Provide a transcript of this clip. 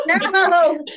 No